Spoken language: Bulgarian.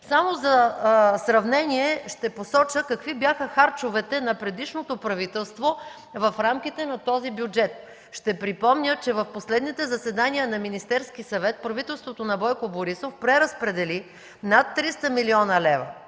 Само за сравнение ще посоча какви бяха харчовете на предишното правителство в рамките на този бюджет. Ще припомня, че в последните заседания на Министерския съвет правителството на Бойко Борисов преразпредели над 300 млн. лв.